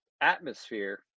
atmosphere